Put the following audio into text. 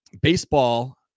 baseball